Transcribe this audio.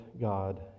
God